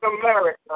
America